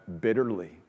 bitterly